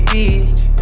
Beach